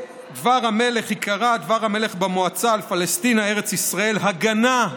I. דבר מלך זה ייקרא 'דבר המלך במועצה על פלשתינה (א"י) (הגנה),